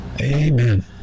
amen